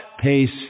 pace